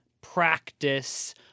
practice